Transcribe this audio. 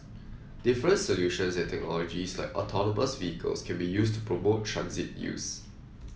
different solutions and technologies like autonomous vehicles can be used to promote transit use